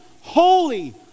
holy